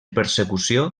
persecució